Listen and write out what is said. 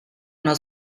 uno